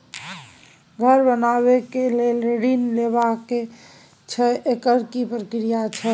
घर बनबै के लेल ऋण लेबा के छै एकर की प्रक्रिया छै?